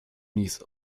niece